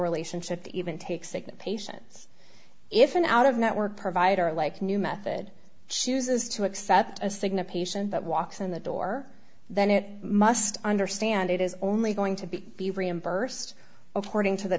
relationship to even take sick patients if an out of network provider like new method she uses to accept a cigna patient that walks in the door then it must understand it is only going to be be reimbursed according to the